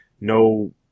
No –